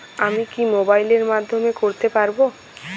আমি কি মোবাইলের মাধ্যমে করতে পারব?